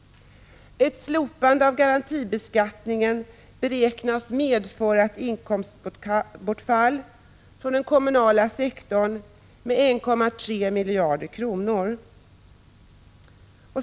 Ett slopande av garantibeskattningen beräknas medföra ett inkomstbortfall för den kommunala sektorn med 1,3 miljarder kronor.